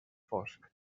fosc